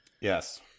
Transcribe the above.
Yes